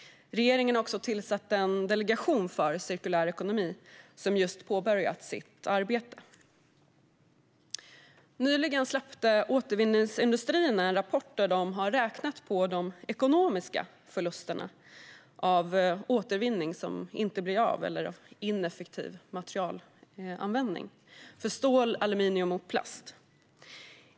Regeringen har också tillsatt en delegation för cirkulär ekonomi som just har påbörjat sitt arbete. Nyligen släppte Återvinningsindustrierna en rapport där man har räknat på de ekonomiska förlusterna av återvinning som inte blir av eller av ineffektiv materialanvändning när det gäller stål, aluminium och plast.